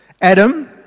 Adam